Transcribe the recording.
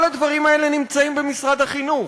כל הדברים האלה נמצאים במשרד החינוך.